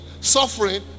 Suffering